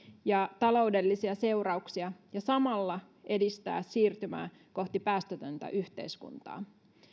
ja taloudellisia seurauksia ja samalla edistää siirtymää kohti päästötöntä yhteiskuntaa